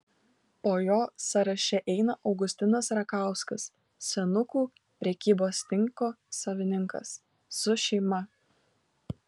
po jo sąraše eina augustinas rakauskas senukų prekybos tinko savininkas su šeima